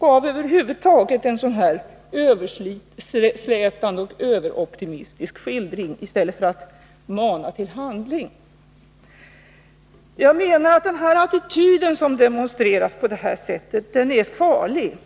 gav i det här talet över huvud taget en överslätande och överoptimistisk skildring i stället för att mana till handling. Den attityd som demonstreras på detta sätt är enligt min mening farlig.